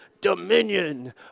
Dominion